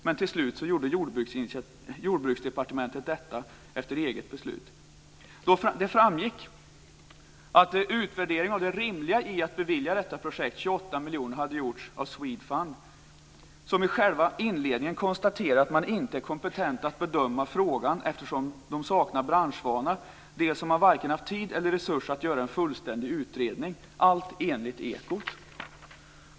Men till slut gjorde Jordbruksdepartementet detta efter eget beslut. Det framgick att en utvärdering av det rimliga i att bevilja detta projekt 28 miljoner hade gjorts av Swedfund som i själva inledningen konstaterar att man inte är kompetent att bedöma frågan, eftersom man saknar branschvana. Dessutom har man varken haft tid eller resurser för att göra en fullständig utredning - allt enligt ekot.